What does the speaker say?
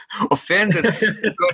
Offended